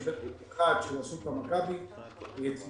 יש בית חולים אחד של אסותא מכבי ציבורי,